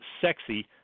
sexy